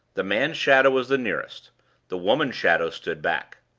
the man-shadow was the nearest the woman-shadow stood back.